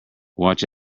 watch